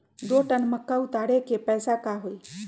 दो टन मक्का उतारे के पैसा का होई?